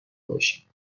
باشیم